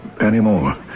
anymore